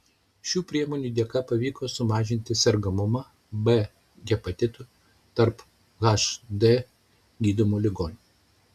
šių priemonių dėka pavyko sumažinti sergamumą b hepatitu tarp hd gydomų ligonių